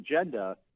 agenda